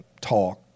talk